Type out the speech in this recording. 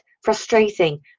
frustrating